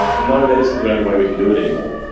no, that isn't the only way we can do it anymore.